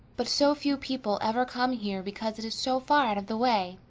but so few people ever come here because it is so far out of the way.